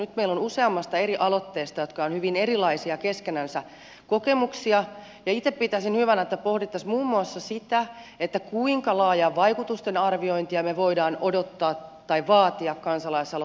nyt meillä on useammasta eri aloitteesta jotka ovat hyvin erilaisia keskenänsä kokemuksia ja itse pitäisin hyvänä että pohdittaisiin muun muassa sitä kuinka laajaa vaikutusten arviointia me voimme odottaa tai vaatia kansalaisaloitteelta